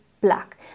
black